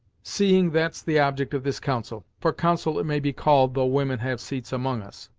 seeing that's the object of this council for council it may be called, though women have seats among us.